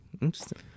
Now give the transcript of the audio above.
Interesting